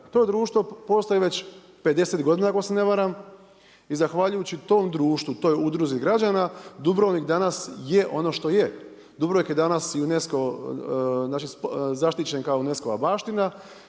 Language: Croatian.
To društvo postoji već 50 godina ako se ne varam. I zahvaljujući tom društvu, toj udruzi građana Dubrovnik danas je ono što je. Dubrovnik je danas i UNESCO, znači zaštićen kao UNESCO-va baština